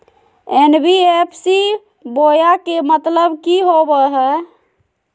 NBFC बोया के मतलब कि होवे हय?